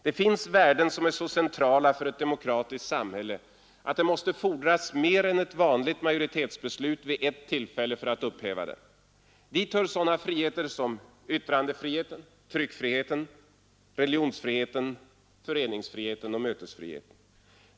Det finns värden som är så centrala för ett demokratiskt samhälle att det måste fordras mer än ett vanligt majoritetsbeslut vid ett tillfälle för att upphäva dem. Dit hör sådana friheter som yttrandefriheten, tryckfriheten, religionsfriheten, föreningsfriheten och mötesfriheten.